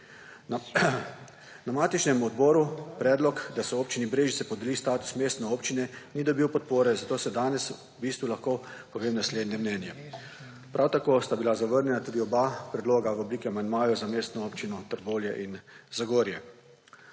Na matičnemu odboru predlog, da se Občini Brežice podeli status mestne občine ni dobil podpore, zato se danes v bistvu lahko pove naslednje mnenje. Prav tako sta bila zavrnjena tudi oba predloga v obliki amandmajev za mestno občino Trbovlje in Zagorje.